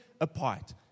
apart